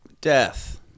death